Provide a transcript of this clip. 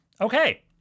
Okay